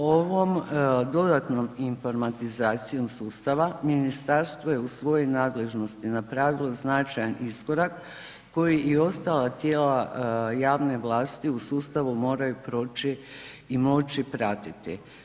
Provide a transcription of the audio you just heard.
Ovom dodatnom informatizacijom sustava ministarstvo je u svojoj nadležnosti napravio značajan iskorak koji i ostala tijela javne vlasti u sustavu moraju proći i moći pratiti.